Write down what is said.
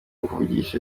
kuvugisha